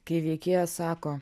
kai veikėjas sako